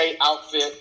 outfit